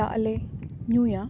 ᱫᱟᱜ ᱞᱮ ᱧᱩᱭᱟ